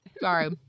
Sorry